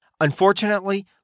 Unfortunately